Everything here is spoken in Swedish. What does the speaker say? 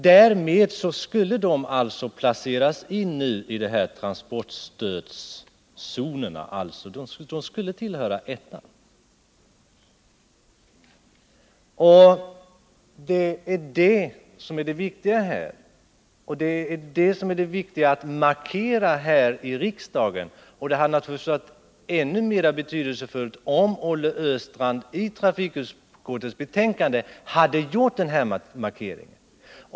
Därmed skulle de nu placeras in i transportstödszon 1. Det är det som det är viktigt att markera här i riksdagen. Det hade naturligtvis varit synnerligen angeläget att Olle Östrand i anslutning till trafikutskottets betänkande hade gjort en markering härom.